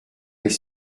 les